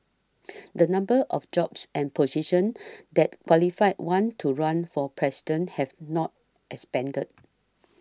the numbers of jobs and positions that qualify one to run for President have not expanded